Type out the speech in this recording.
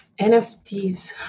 NFTs